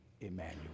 Emmanuel